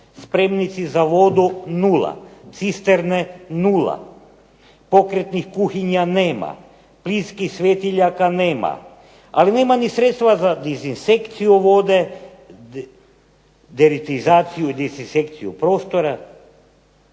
spremnici za vodu nula, cisterne nula, pokretnih kuhinja nema, plinskih svjetiljaka, ali nema ni sredstva za dezinsekciju vode, deratizaciju i dezinsekciju prostora